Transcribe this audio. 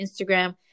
Instagram